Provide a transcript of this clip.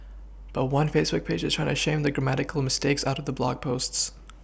but one Facebook page is trying to shame the grammatical mistakes out of the blog posts